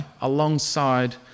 alongside